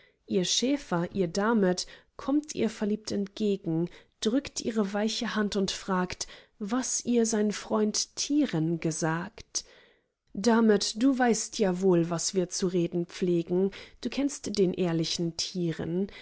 ihr schäfer ihr damöt kömmt ihr verliebt entgegen drückt ihre weiche hand und fragt was ihr sein freund tiren gesagt damöt du weißt ja wohl was wir zu reden pflegen du kennst den ehrlichen tiren